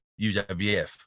UWF